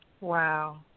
Wow